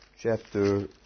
chapter